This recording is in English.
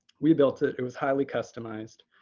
we built it. it was highly customized.